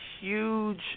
huge